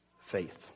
faith